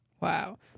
Wow